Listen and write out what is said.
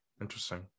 Interesting